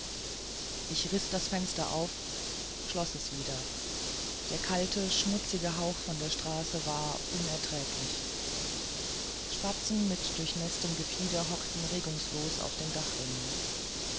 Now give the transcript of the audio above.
ich riß das fenster auf schloß es wieder der kalte schmutzige hauch von der straße war unerträglich spatzen mit durchnäßtem gefieder hockten regungslos draußen auf den